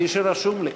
כפי שרשום לי.